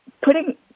Putting